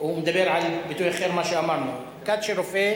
נבדק, נבדק.